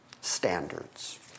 standards